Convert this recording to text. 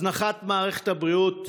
הזנחת מערכת הבריאות,